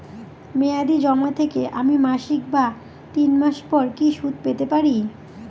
মেয়াদী জমা থেকে আমি মাসিক বা তিন মাস পর কি সুদ পেতে পারি?